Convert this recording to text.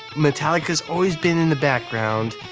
metallica's always been in the background.